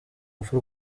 rupfu